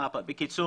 בסוף שאלתי